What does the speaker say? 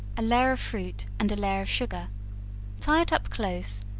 a layer of fruit and a layer of sugar tie it up close,